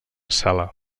sala